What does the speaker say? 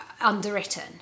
underwritten